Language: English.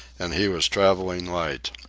and he was travelling light.